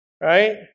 Right